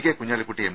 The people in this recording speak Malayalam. K Kunhalikutty M